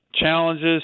challenges